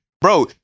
bro